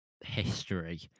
history